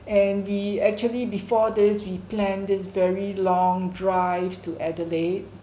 and we actually before this we plan this very long drive to adelaide